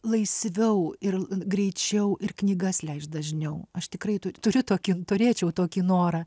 laisviau ir greičiau ir knygas leist dažniau aš tikrai tu turiu tokį turėčiau tokį norą